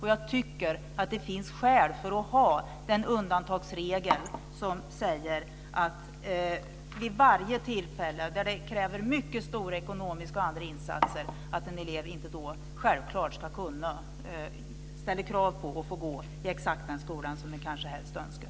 Jag tycker att det finns skäl att ha den undantagsregel som säger att en elev, i de fall då det krävs mycket stora ekonomiska och andra insatser, inte självklart ska kunna ställa krav på att få gå i exakt den skola som den kanske helst önskar.